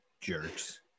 Jerks